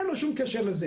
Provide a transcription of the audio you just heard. אין לו שום קשר לזה.